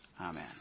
Amen